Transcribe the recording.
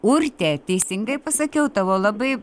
urtė teisingai pasakiau tavo labai